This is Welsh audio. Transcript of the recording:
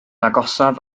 agosaf